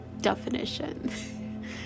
definition